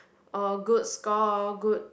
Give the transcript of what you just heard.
or good score good